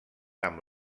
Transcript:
amb